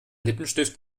lippenstift